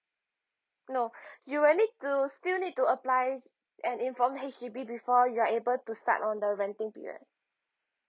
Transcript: no you will need to still need to apply and inform H_D_B before you're able to start on the renting period